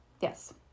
Yes